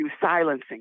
silencing